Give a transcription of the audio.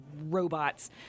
robots